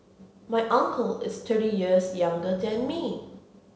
my uncle is thirty years younger than me